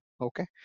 okay